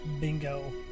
bingo